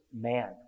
man